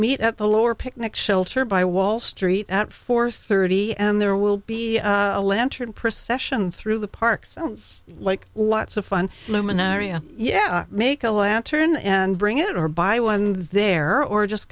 meet at the lower picnic shelter by wall street at four thirty am there will be a lantern procession through the park sounds like lots of fun luminary and yeah make a lantern and bring it or buy one there or just